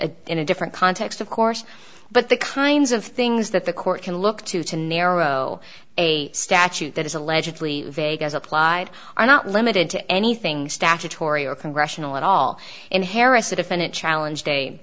a in a different context of course but the kinds of things that the court can look to to narrow a statute that is allegedly vague as applied are not limited to anything statutory or congressional at all in harris a defendant chal